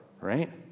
right